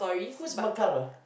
who is Mekar ah